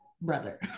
brother